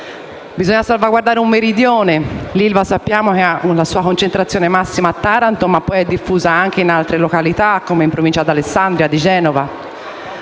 Bisogna salvaguardare il Meridione. L'ILVA ha una sua concentrazione massima a Taranto, ma è diffusa anche in altre località come in provincia di Alessandria e Genova.